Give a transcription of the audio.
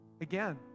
again